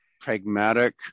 pragmatic